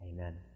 Amen